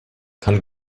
kann